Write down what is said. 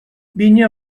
vinya